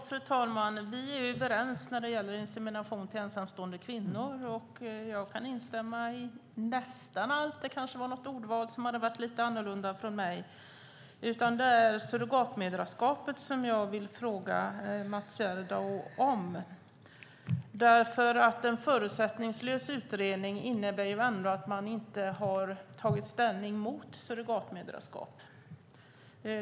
Fru talman! Vi är överens när det gäller insemination till ensamstående kvinnor, och jag kan instämma i nästan allt som sades. Det kanske fanns något ordval som skulle ha varit lite annorlunda från mig. Det är surrogatmoderskapet som jag vill fråga Mats Gerdau om. En förutsättningslös utredning innebär att man inte har tagit ställning mot surrogatmoderskap.